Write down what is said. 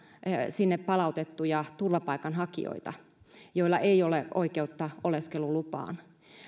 sinne palautettuja turvapaikanhakijoita joilla ei ole oikeutta oleskelulupaan